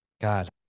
God